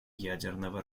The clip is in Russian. ядерного